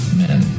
men